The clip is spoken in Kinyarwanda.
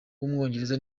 w’umwongereza